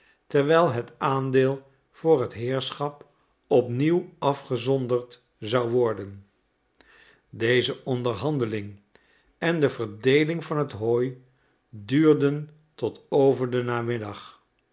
terwijl het aandeel voor het heerschap opnieuw afgezonderd zou worden deze onderhandeling en de verdeeling van het hooi duurden tot over den namiddag